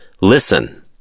listen